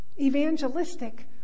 evangelistic